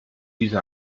diese